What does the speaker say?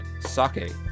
sake